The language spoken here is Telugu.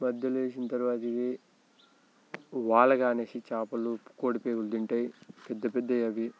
మధ్యలో వేసిన తరువాత ఇవి వాలగా అనేసి చాపలు కోడి పేగులు తింటాయి పెద్ద పెద్దవి అవి